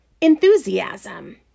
enthusiasm